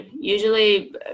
Usually